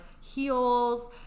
heels